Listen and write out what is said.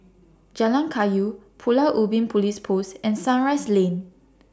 Jalan Kayu Pulau Ubin Police Post and Sunrise Lane